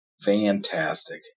Fantastic